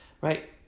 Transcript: right